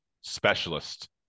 specialist